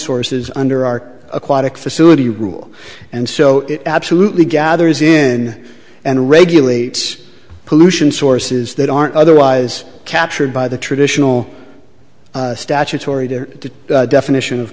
sources under our aquatic facility rule and so it absolutely gathers in and regulate pollution sources that aren't otherwise captured by the traditional statutory the definition of